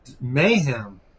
mayhem